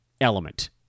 element